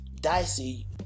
dicey